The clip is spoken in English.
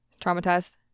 Traumatized